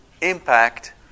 impact